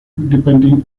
depending